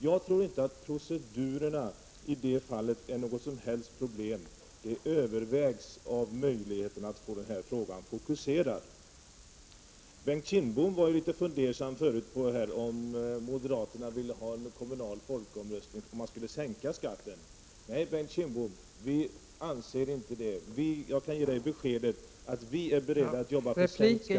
Jag tror inte att procedurerna i det fallet är något problem; möjligheterna att få den här frågan fokuserad väger i så fall tyngre. Bengt Kindbom var tidigare fundersam till om moderaterna skulle vilja ha kommunal folkomröstning om frågan gällde att sänka skatten. Nej, Bengt Kindbom, vi anser inte det. Jag kan ge beskedet att vi är beredda att jobba för sänkt skatt.